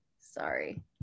sorry